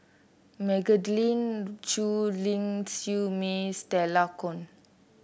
Magdalene Khoo Ling Siew May Stella Kon